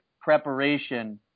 preparation